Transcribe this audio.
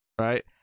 right